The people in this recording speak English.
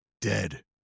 Dead